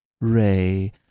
ray